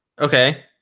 Okay